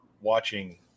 watching